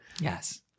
Yes